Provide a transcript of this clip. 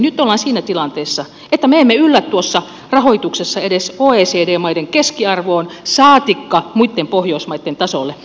nyt ollaan siinä tilanteessa että me emme yllä tuossa rahoituksessa edes oecd maiden keskiarvoon saatikka muiden pohjoismaitten tasolle